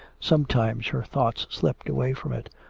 sometimes her thoughts slipped away from it,